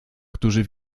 którzy